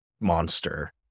monster